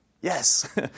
yes